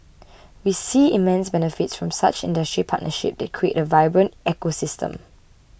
we see immense benefits from such industry partnership that creates a vibrant ecosystem